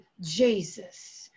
Jesus